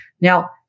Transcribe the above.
Now